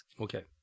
Okay